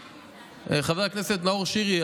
חבר הכנסת נאור שירי,